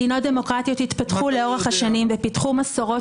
מדינות דמוקרטיות התפתחו לאורך השנים ופיתחו מסורות